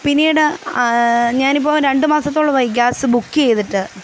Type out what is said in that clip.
പിന്നീട് ഞാനിപ്പോള് രണ്ടു മാസത്തോളമായി ഗ്യാസ് ബുക്ക് ചെയ്തിട്ട്